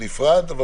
נרשמת ההערה שלך.